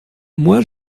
moi